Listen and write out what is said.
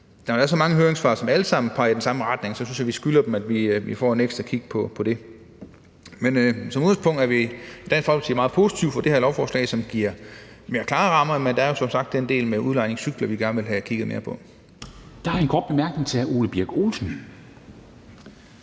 der er så mange høringssvar, der alle sammen peger i den samme retning, så synes jeg, vi skylder dem, at vi tager et ekstra kig på det. Som udgangspunkt er vi i Dansk Folkeparti meget positive over for det her lovforslag, som giver mere klare rammer, men der er som sagt den del med udlejningscykler, som vi gerne vil have kigget mere på. Kl. 11:05 Formanden (Henrik Dam